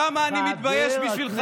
כמה אני מתבייש בשבילך,